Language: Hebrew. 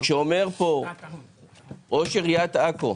כשאומרים ראש עיריית עכו,